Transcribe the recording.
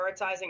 prioritizing